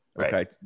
Okay